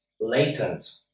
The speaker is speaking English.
latent